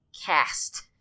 cast